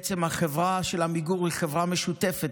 בעצם החברה של עמיגור היא חברה משותפת